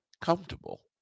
comfortable